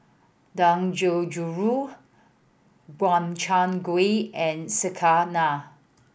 Dangojiru Gobchang Gui and Sekihan